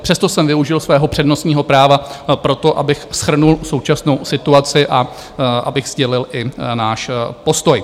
Přesto jsem využil svého přednostního práva pro to, abych shrnul současnou situaci a abych sdělil i náš postoj.